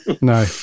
No